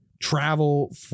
travel